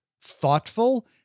thoughtful